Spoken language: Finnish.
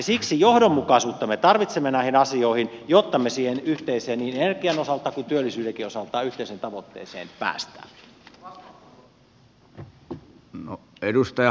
siksi johdonmukaisuutta me tarvitsemme näihin asioihin jotta me niin energian osalta kuin työllisyyden osalta siihen yhteiseen tavoitteeseen pääsemme